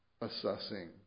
assessing